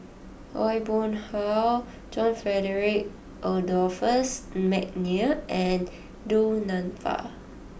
Aw Boon Haw John Frederick Adolphus McNair and Du Nanfa